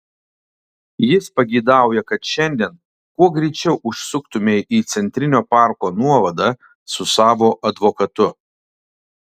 jis pageidauja kad šiandien kuo greičiau užsuktumei į centrinio parko nuovadą su savo advokatu